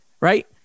Right